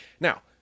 Now